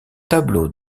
tableau